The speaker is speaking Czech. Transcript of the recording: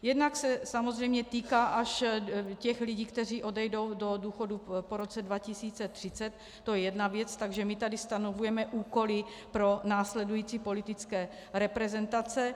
Jednak se samozřejmě týká až těch lidí, kteří odejdou do důchodu až po roce 2030, to je jedna věc, takže my tady stanovujeme úkoly pro následující politické reprezentace.